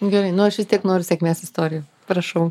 gerai nu aš vis tiek noriu sėkmės istorijų prašau